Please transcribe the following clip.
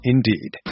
Indeed